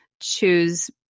choose